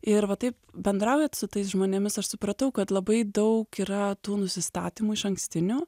ir va taip bendraujat su tais žmonėmis aš supratau kad labai daug yra tų nusistatymų išankstinių